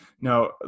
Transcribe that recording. Now